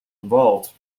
involved